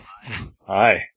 Hi